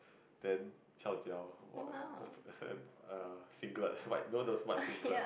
then qiao jiao err singlet no no white singlet